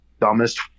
dumbest